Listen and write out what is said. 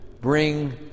bring